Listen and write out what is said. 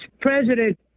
president